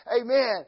Amen